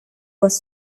was